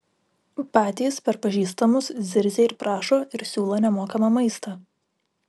patys per pažįstamus zirzia ir prašo ir siūlo nemokamą maistą